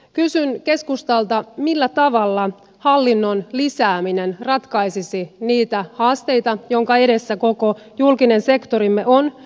kysyn keskustalta millä tavalla hallinnon lisääminen ratkaisisi niitä haasteita joiden edessä koko julkinen sektorimme on